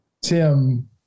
Tim